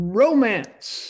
romance